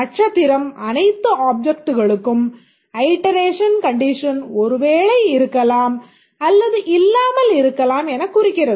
நட்சத்திரம் அனைத்து ஆப்ஜெக்ட்களுக்கும் ஐட்டரேஷன் கண்டிஷன் ஒருவேளை இருக்கலாம் அல்லது இல்லாமல் இருக்கலாம் எனக் குறிக்கிறது